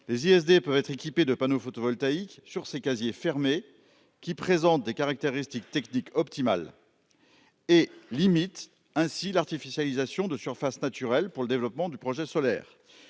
les ISD peuvent être équipés de panneaux photovoltaïques sur ces casiers fermé qui présente des caractéristiques techniques optimales et limite ainsi l'artificialisation de surface naturelle pour le développement du projet solaire